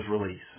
release